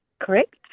Correct